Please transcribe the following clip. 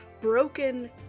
broken